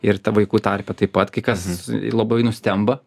ir ta vaikų tarpe taip pat kai kas labai nustemba